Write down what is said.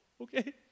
Okay